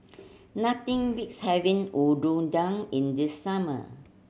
nothing beats having in the summer